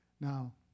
Now